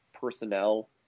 personnel